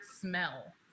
smell